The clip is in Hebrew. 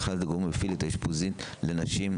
אחד הגורמים שמפעיל את האשפוזית לנשים,